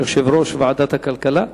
יושב-ראש ועדת הכלכלה,